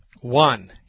One